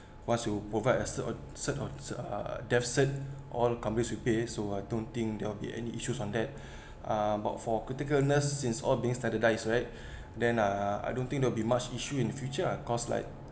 once you provide a cert on cert on uh death cert all companies will pay so I don't think there will be any issues on that uh but for critical illness since all being standardised right then uh I don't think there will be much issue in future lah cause like